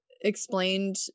explained